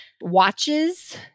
watches